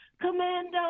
Commando